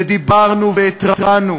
ודיברנו והתרענו